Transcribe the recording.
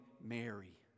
Mary